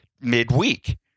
midweek